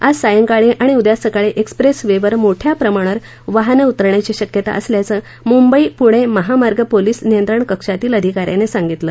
आज सायंकाळी आणि उद्या सकाळी एक्स्प्रेस वे वर मोठ्या प्रमाणावर वाहने उतरण्याची शक्यता असल्याचे मुंबई पुणे महामार्ग पोलिस नियंत्रण कक्षातील अधिकाऱ्यांनी सांगितलं